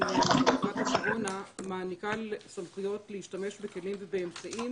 מגיפת הקורונה מעניקה סמכויות להשתמש בכלים ובאמצעים